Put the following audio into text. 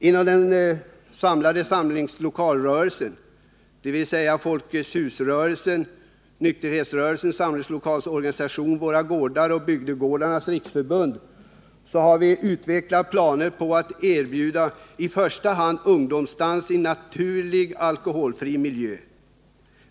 Inom samlingslokalrörelsen — folketshusrörelsen, nykterhetsrörelsens samlingslokalorganisation Våra Gårdar och Bygdegårdarnas riksförbund — har vi utvecklat planer på att erbjuda i första hand ungdomsdans i en naturlig alkoholfri miljö.